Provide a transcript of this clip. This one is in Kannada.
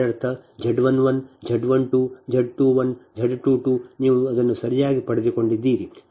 ಇದರರ್ಥ Z 11 Z 12 Z 21 Z 22 ನೀವು ಅದನ್ನು ಸರಿಯಾಗಿ ಪಡೆದುಕೊಂಡಿದ್ದೀರಿ